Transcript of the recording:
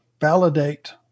validate